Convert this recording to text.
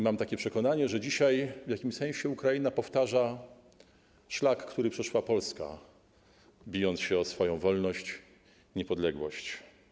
Mam takie przekonanie, że w jakimś sensie Ukraina powtarza szlak, który przeszła Polska, bijąc się o swoją wolność, niepodległość.